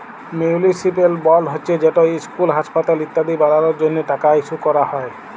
municipal board হছে যেট school, হাঁসপাতাল ইত্যাদি বালালর জ্যনহে টাকা ইস্যু ক্যরা হ্যয়